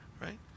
Right